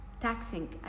taxing